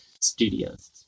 studios